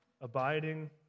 abiding